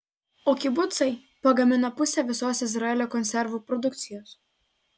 o kibucai pagamina pusę visos izraelio konservų produkcijos